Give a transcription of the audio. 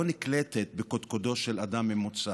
מכיוון שסטטיסטיקה מרובה לא נקלטת בקדקודו של אדם ממוצע,